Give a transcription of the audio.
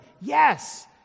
Yes